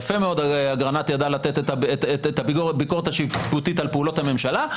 יפה מאוד אגרנט ידע לתת את הביקורת השיפוטית על פעולות הממשלה,